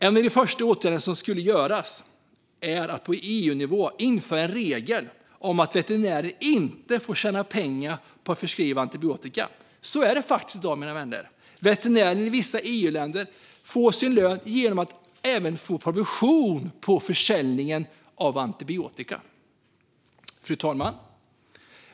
En av de första åtgärderna som borde göras är att på EU-nivå införa en regel om att veterinärer inte får tjäna pengar på att förskriva antibiotika. Så är det faktiskt i dag, mina vänner. Veterinärer i vissa EU-länder får en del av sin lön genom provision på försäljningen av antibiotika. Fru talman!